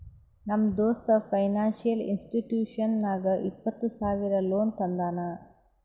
ನಮ್ ದೋಸ್ತ financial institution ನಾಗ್ ಇಪ್ಪತ್ತ ಸಾವಿರ ಲೋನ್ ತಂದಾನ್